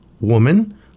woman